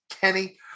KENNY